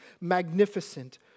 magnificent